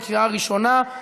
בקריאה ראשונה.